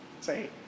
Say